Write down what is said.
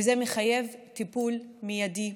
וזה מחייב טיפול מיידי.